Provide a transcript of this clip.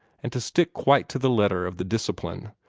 and to stick quite to the letter of the discipline,